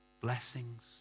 Blessings